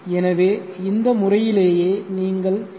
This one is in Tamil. எனவே இந்த முறையிலேயே நீங்கள் பி